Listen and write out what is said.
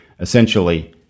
essentially